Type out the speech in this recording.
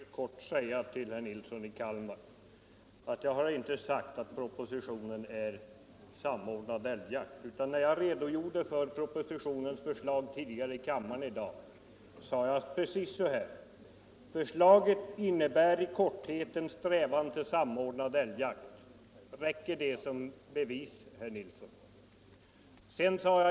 Fru talman! Låt mig bara helt kort säga till herr Nilsson i Kalmar att jag inte sagt att propositionen gäller samordnad älgjakt. När jag redogjorde för propositionens förslag tidigare i dag i kammaren sade jag precis så här: Förslaget innebär i korthet en strävan till samordnad älgjakt. Räcker det som bevis, herr Nilsson?